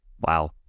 Wow